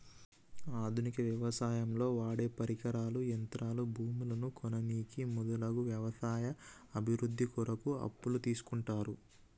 ఆధునిక వ్యవసాయంలో వాడేపరికరాలు, యంత్రాలు, భూములను కొననీకి మొదలగు వ్యవసాయ అభివృద్ధి కొరకు అప్పులు తీస్కుంటరు